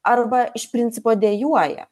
arba iš principo dejuoja